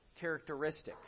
characteristic